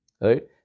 Right